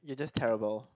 you just terrible